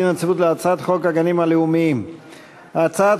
הצעת חוק גנים לאומיים,